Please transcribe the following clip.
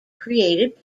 created